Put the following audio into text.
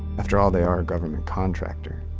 after all, they are a government contractor.